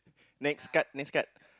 next card next card